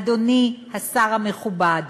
אדוני השר המכובד,